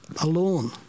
alone